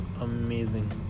amazing